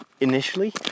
initially